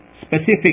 Specific